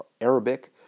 Arabic